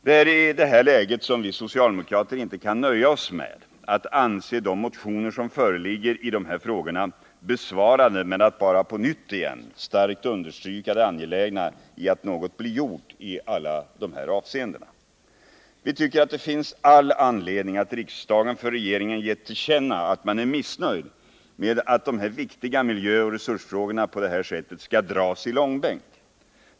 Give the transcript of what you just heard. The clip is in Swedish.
Det är i detta läge som vi socialdemokrater inte kan nöja oss med att anse de motioner som föreligger i dessa frågor besvarade med att riksdagen bara på nytt igen starkt understryker det angelägna i att något blir gjort i alla dessa avseenden. Vi tycker att det finns all anledning att riksdagen för regeringen ger till känna att man är missnöjd med att dessa viktiga miljöoch resursfrågor på detta sätt skall dras i långbänk.